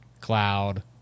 Cloud